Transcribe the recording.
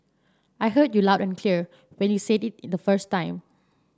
I heard you loud and clear when you said it in the first time